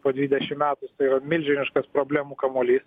po dvidešim metų tai yra milžiniškas problemų kamuolys